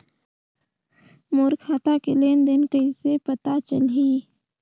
मोर खाता के लेन देन कइसे पता चलही?